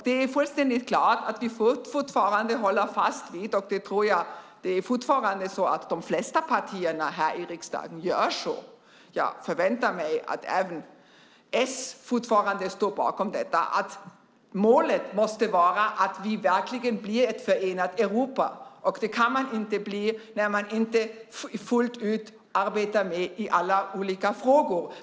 Det är fullständigt klart att vi fortfarande håller fast vid - det tror jag att de flesta partierna här i riksdagen gör, och jag förväntar mig att även s fortfarande står bakom detta - att målet måste vara att vi verkligen blir ett förenat Europa. Det kan man inte bli när man inte fullt ut arbetar med i alla frågor.